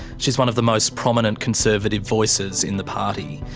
she's one of the most prominent conservative voices in the party.